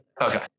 Okay